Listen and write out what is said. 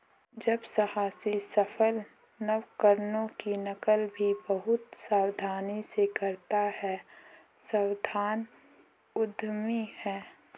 जब साहसी सफल नवकरणों की नकल भी बहुत सावधानी से करता है सावधान उद्यमी है